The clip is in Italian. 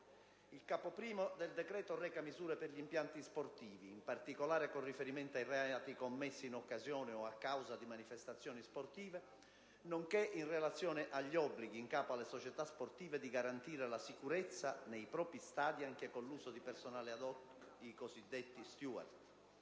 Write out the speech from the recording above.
Il capo I del decreto reca misure per gli impianti sportivi, in particolare con riferimento ai reati commessi in occasione o a causa di manifestazioni sportive, nonché in relazione agli obblighi in capo alle società sportive di garantire la sicurezza nei propri stadi, anche con l'uso di personale *ad hoc* (i cosiddetti *steward*).